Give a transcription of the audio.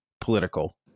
political